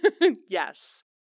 Yes